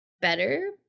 better